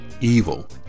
evil